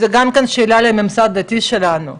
זאת גם כן שאלה לממסד הדתי שלנו,